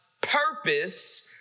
purpose